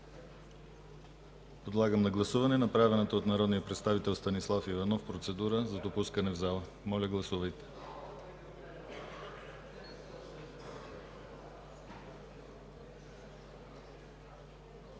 Подлагам на гласуване направената от народния представител Станислав Иванов процедура за допускане в залата. Гласували